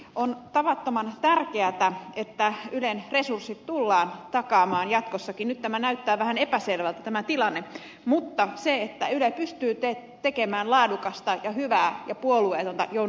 on tavattoman tärkeätä että ylen resurssit tullaan takaamaan jatkossakin nyt tämä tilanne näyttää vähän epäselvältä ja että yle pystyy tekemään laadukasta ja hyvää ja puolueetonta journalismia